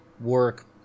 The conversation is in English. work